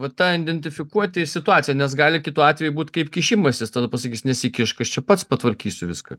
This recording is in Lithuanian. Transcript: va ta identifikuoti situaciją nes gali kitu atveju būt kaip kišimasis tada pasakys nesikišk aš čia pats patvarkysiu viską